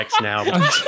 now